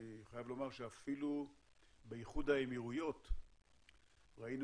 אני חייב לומר שאפילו באיחוד האמירויות ראינו